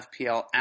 FPL